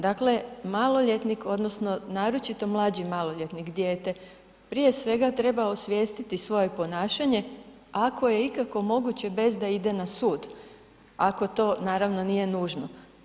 Dakle maloljetnik odnosno naročito mlađi maloljetnik, dijete, prije svega treba osvijestiti svoje ponašanja, ako je ikako moguće bez da ide na sud, ako to naravno nije nužno.